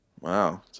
Wow